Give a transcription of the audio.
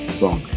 song